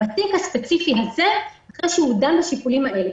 בתיק הספציפי הזה, אחרי שהוא דן בשיקולים האלה.